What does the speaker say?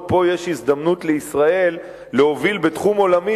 שפה יש הזדמנות לישראל להוביל בתחום עולמי,